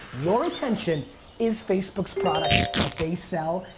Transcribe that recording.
your attention is facebook's product that they sell.